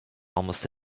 almost